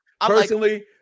personally